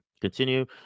continue